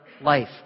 Life